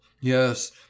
yes